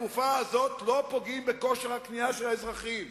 בתקופה הזאת לא פוגעים בכושר הקנייה של האזרחים.